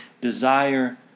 desire